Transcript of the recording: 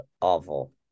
awful